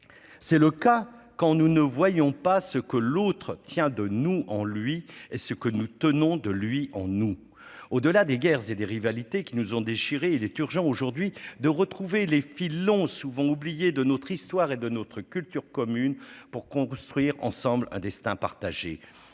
c'est le cas, quand nous ne voyons pas ce que l'autre tient de nous en lui et ce que nous tenons de lui en nous au delà des guerres et des rivalités qui nous ont déchiré, il est urgent aujourd'hui de retrouver les filles l'ont souvent oublié de notre histoire et de notre culture commune pour construire ensemble un destin partagé